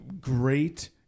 great